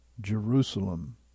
Jerusalem